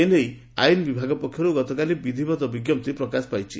ଏନେଇ ଆଇନ୍ ବିଭାଗ ପକ୍ଷର୍ ଗତକାଲି ବିଧିବଦ୍ଧ ବିଙ୍କପ୍ତି ପ୍ରକାଶ ପାଇଛି